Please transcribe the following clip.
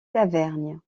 lavergne